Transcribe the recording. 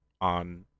on